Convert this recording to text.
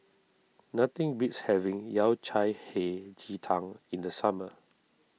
nothing beats having Yao Cai Hei Ji Tang in the summer